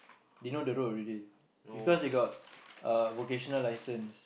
they know the road already because they got uh vocational license